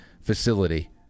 facility